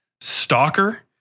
Stalker